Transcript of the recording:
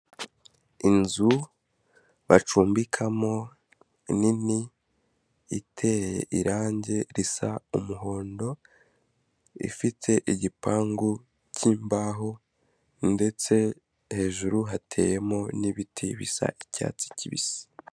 Inzu bacumbikamo nini iteye irange risa umuhondo, ifite igipangu cy'imbaho ndetse hejuru hateyemo n'ibiti bisa icyatsi kibisi.